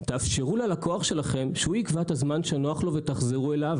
תאפשרו ללקוח שלכם שהוא יקבע את הזמן שנוח לו ותחזרו אליו.